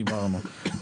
דיברנו.